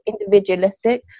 individualistic